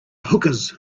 hookahs